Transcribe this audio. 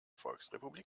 volksrepublik